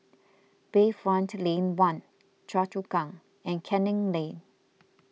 Bayfront Lane one Choa Chu Kang and Canning Lane